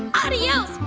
adios,